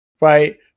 right